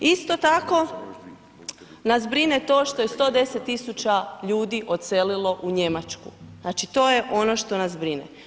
Isto tako nas brine to što je 110 tisuća ljudi odselilo u Njemačku, znači to je ono što nas brine.